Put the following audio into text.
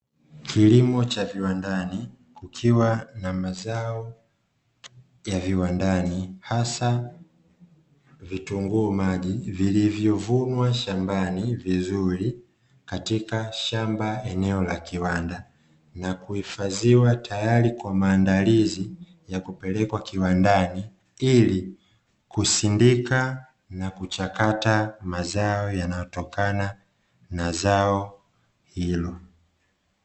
Kilimo cha viwandani kukiwa na mazao ya viwandani hasa vitunguu maji vilivyovunwa shambani vizuri katika shamba eneo la kiwanda. na kuhifadhiwa tayari kwa maandalizi ya kupelekwa kiwandani ili kusindika na kuchakata mazao yanayotokana na zao hilo.